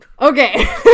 Okay